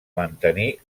mantenir